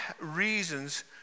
reasons